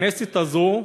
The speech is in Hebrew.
בכנסת הזאת,